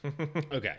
Okay